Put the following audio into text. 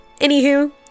anywho